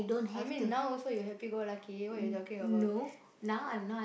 I mean now also you happy go lucky what you talking about